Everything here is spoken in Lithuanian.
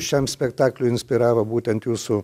šiam spektakliui inspiravo būtent jūsų